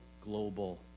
global